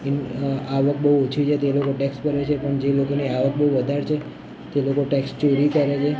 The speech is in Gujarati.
ઇન આવક બહુ ઓછી છે તે લોકો ટેક્સ ભરે છે પણ જે લોકોની આવક બહુ વધારે છે તે લોકો ટેક્સ ચોરી કરે છે